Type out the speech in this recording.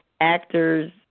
actors